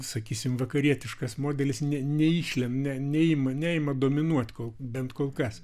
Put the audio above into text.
sakysim vakarietiškas modelis ne neiš ne neima neima dominuoti kol bent kol kas